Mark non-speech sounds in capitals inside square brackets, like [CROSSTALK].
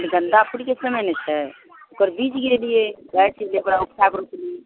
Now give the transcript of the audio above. गेंदा फूलके समय नहि छै ओकर बीज गिरैलियै गाछके लिए ओकरा [UNINTELLIGIBLE]